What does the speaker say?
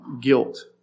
guilt